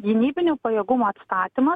gynybinių pajėgumų atstatymas